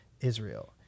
Israel